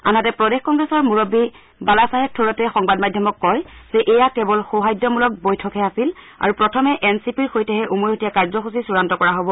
আনহাতে প্ৰদেশ কংগ্ৰেছৰ মুৰববী বালাচাহেব থোৰটে সংবাদমাধ্যমক কয় যে এয়া কেৱল সৌহাৰ্দ্যমূলক বৈঠকহে আছিল আৰু প্ৰথমে এন চি পিৰ সৈতেহে উমৈহতীয়া কাৰ্যসূচী চূড়ান্ত কৰা হ'ব